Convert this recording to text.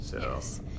Yes